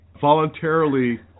voluntarily